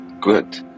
Good